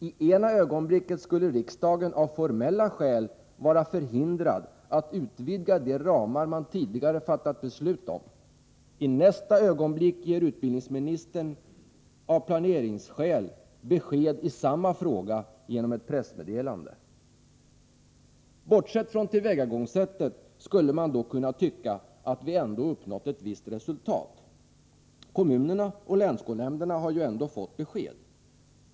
I ena ögonblicket skulle riksdagen av formella skäl vara förhindrad att utvidga de ramar man tidigare fattat beslut om — i nästa ögonblick ger utbildningsministern av planeringsskäl besked i samma fråga genom ett pressmeddelande! Bortsett från tillvägagångssättet skulle man då kunna tycka att vi ändå uppnått ett visst resultat. Kommunerna och länsskolnämnderna har ju ändå fått ett besked.